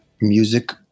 Music